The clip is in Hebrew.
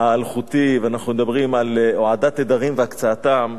האלחוטי ואנחנו מדברים על הועדת תדרים והקצאתם,